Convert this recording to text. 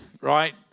right